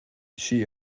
she